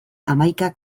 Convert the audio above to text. hamaika